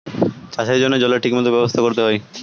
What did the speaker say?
চাষের জন্য জলের ঠিক মত ব্যবস্থা করতে হয়